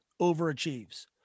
overachieves